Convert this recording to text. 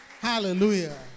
Hallelujah